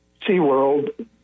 SeaWorld